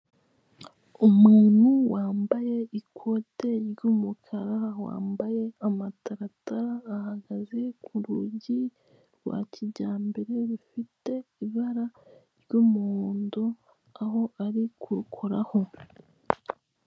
Umuntu wambaye ikote ry'umukara, wambaye amatarata ahagaze ku rugi rwa kijyambere rufite ibara ry'umuhondo aho ari kurukoraho.